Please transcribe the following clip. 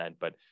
but-